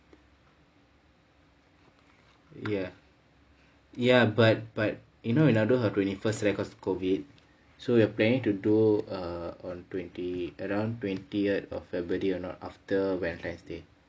ya ya but but you know another her twenty first COVID so we are planning to do err on twenty around twentieth of february or not after valentine's day